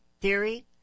theory